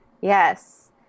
Yes